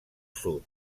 sud